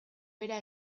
bera